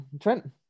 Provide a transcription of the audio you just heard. Trent